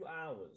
hours